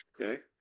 okay